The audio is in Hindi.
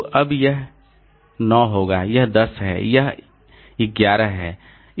तो अब यह 9 होगा यह 10 है यह 11 है